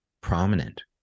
prominent